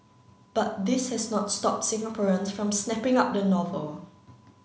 but this has not stopped Singaporeans from snapping up the novel